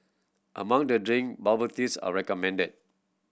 among the drink bubble teas are recommended